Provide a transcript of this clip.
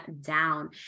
down